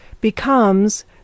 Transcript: becomes